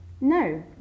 no